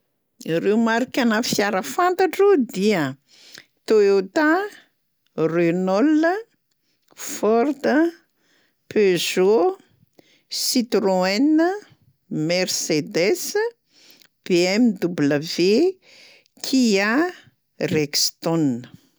Ireo marikanà fiara fantatro dia: Toyota, Renault, Ford, Peugeot, Citroën, Mercedes, BMW, Kia, Rexton.